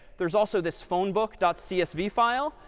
there's also this phone book dot csv file.